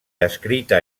descrita